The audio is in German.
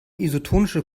isotonische